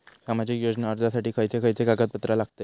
सामाजिक योजना अर्जासाठी खयचे खयचे कागदपत्रा लागतली?